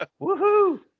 woohoo